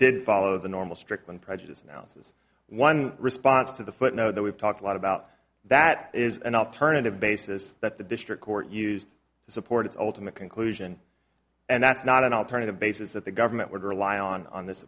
didn't follow the normal strickland prejudice analysis one response to the foot no that we've talked a lot about that is an alternative basis that the district court used to support its ultimate conclusion and that's not an alternative basis that the government would rely on this